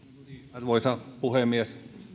arvoisa puhemies